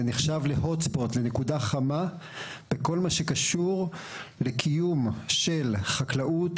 זה נחשב לנקודה חמה בכל מה שקשור לקיום של חקלאות,